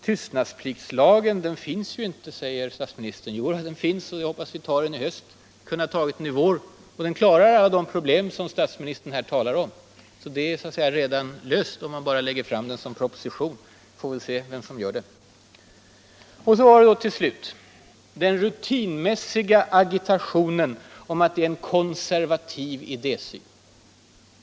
Tystnadspliktslagen finns ju inte, säger statsministern. Jo, förslag finns och jag hoppas att vi antar det i höst — vi kunde ha gjort det i vår. Den klarar alla de problem som statsministern talar om, bara man lägger fram den som proposition. Vi får väl se vem som gör det. Så var det till slut den rutinmässiga agitationen om att vi har en konservativ idésyn.